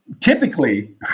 typically